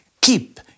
Keep